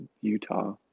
Utah